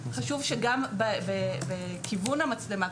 חשוב שגם בכיוון המצלמה,